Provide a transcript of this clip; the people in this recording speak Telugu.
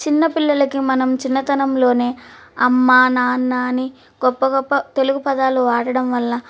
చిన్నపిల్లలకి మనం చిన్నతనంలోనే అమ్మ నాన్న అని గొప్ప గొప్ప తెలుగు పదాలు వాడడం వల్ల